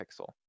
pixel